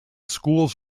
schools